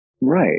Right